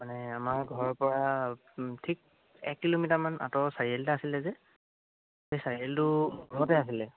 মানে আমাৰ ঘৰৰপৰা ঠিক এক কিলোমিটাৰমান আঁতৰৰ চাৰিআলি এটা আছিলে যে সেই চাৰিআলিটোৰ লগতে আছিলে